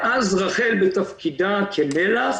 ואז, רח"ל בתפקידה כמל"ח